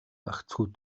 гагцхүү